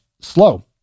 slow